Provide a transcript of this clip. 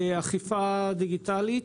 אכיפה דיגיטלית.